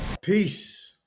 Peace